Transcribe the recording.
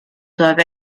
doivent